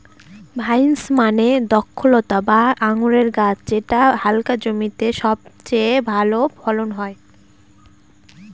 vines মানে দ্রক্ষলতা বা আঙুরের গাছ যেটা হালকা জমিতে সবচেয়ে ভালো ফলন হয়